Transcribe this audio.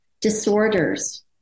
disorders